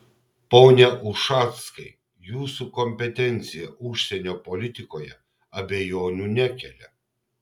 pone ušackai jūsų kompetencija užsienio politikoje abejonių nekelia